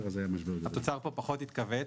התוצר פה פחות התכווץ.